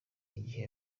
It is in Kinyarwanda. igihe